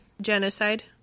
genocide